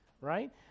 right